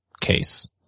case